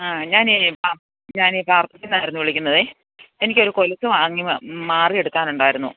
ആ ഞാൻ ഞാൻ ഈ കാർത്തിന്നാരുന്നു വിളിക്കുന്നത് എനിക്കൊര് കൊലുസ്സ് വാങ്ങി മാറി എടുക്കാനുണ്ടായിരുന്നു